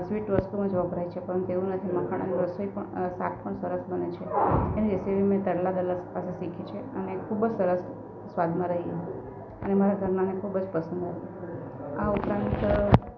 sweet વસ્તુમાં જ વપરાય છે પણ તેવું નથી મખણાની રસોઈ પણ શાક પણ સરસ બને છે એની રેસીપી મેં તરલા દલાલ પાસે શીખી છે અને ખૂબ જ સરસ સ્વાદમાં રે એ અને મારા ઘરનાને ખૂબ જ પસંદ આવી આ ઉપરાંત